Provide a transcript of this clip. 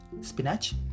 spinach